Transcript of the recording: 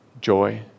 joy